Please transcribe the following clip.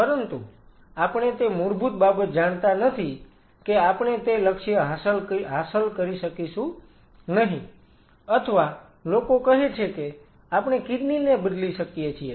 પરંતુ આપણે તે મૂળભૂત બાબત જાણતા નથી કે આપણે તે લક્ષ્ય હાંસલ કરી શકીશું નહીં અથવા લોકો કહે છે કે આપણે કિડની ને બદલી શકીએ છીએ